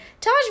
Taj